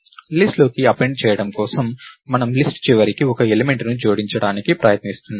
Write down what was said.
list లోకి append చేయడం కోసం మనము లిస్ట్ చివరకి ఒక ఎలిమెంట్ ను జోడించడానికి ప్రయత్నిస్తున్నాము